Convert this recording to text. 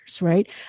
right